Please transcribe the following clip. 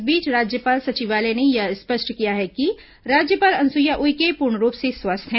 इस बीच राज्यपाल सचिवालय ने यह स्पष्ट किया है कि राज्यपाल अनुसुईया उइके पूर्णरूप से स्वस्थ हैं